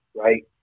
Right